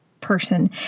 person